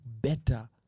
better